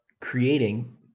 creating